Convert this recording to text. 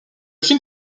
film